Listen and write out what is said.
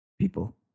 people